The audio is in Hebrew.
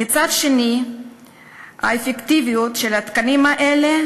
ומצד שני האפקטיביות של התקנים האלה